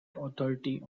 authority